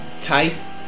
Tice